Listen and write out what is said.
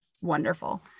wonderful